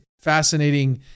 fascinating